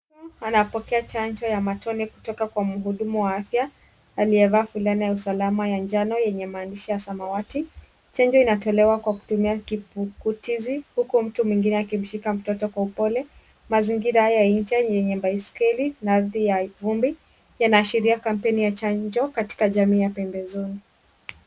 Anapokea chanjo ya matone kutoka kwa mhudumu WA afya aliyevaa fulana ya uslama ya njano yenye maandishi ya samawati. Chanjo inatolewa kwa kutumia kipukutizi huku mwingine akimshikilia mtoto kwa upole. Mazingira haya ya nje yenye baiskeli na ardhi ya vumbi yanaashiria kampeni ya chanjo katika jamii ya pempezoni.